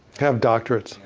have doctorates?